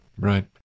Right